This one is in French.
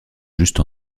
juste